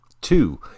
two